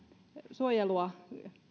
suojeluun